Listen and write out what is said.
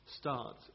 start